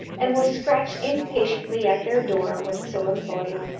and will scratch impatiently at their door when so employed,